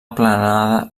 aplanada